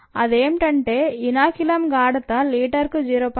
అదేంటే ఇనోక్యులమ్ గాఢత లీటరుకు 0